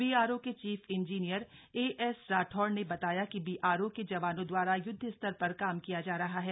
BRO के chief engineer A S Rathore ने बताया कि बीआरओ के जवानों दवारा युदध स्तर पर काम किया जा रहा है